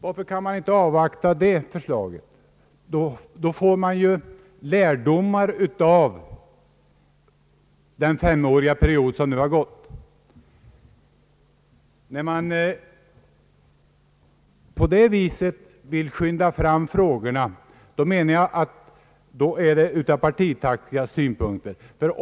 Varför kan man inte avvakta det förslaget? Då får man ju lärdomar av den femårsperiod som nu har gått. Att man på det viset vill skynda på frågornas behandling anser jag vara partitaktik.